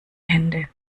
hände